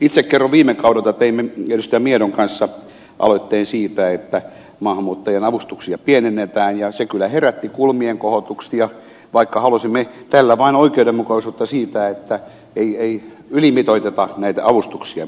itse kerron viime kaudelta että teimme edustaja miedon kanssa aloitteen siitä että maahanmuuttajien avustuksia pienennetään ja se kyllä herätti kulmien kohotuksia vaikka halusimme tällä vain oikeudenmukaisuutta siihen että ei myöskään ylimitoiteta näitä avustuksia